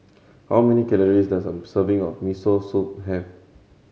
how many calories does a serving of Miso Soup have